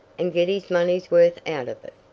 and get his money's worth out of it.